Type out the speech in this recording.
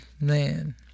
man